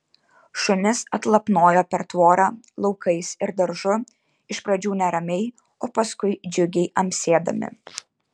šunys atlapnojo per tvorą laukais ir daržu iš pradžių neramiai o paskui džiugiai amsėdami